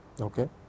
Okay